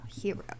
hero